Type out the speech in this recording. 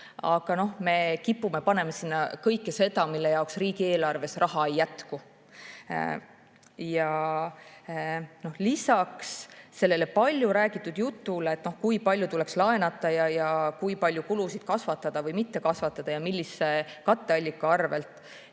aga me kipume panema sinna kõike seda, mille jaoks riigieelarves raha ei jätku. Lisaks sellele palju räägitud jutule, kui palju tuleks laenata ja kui palju kulusid kasvatada või mitte kasvatada ja milliseid katteallikaid